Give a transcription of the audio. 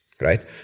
right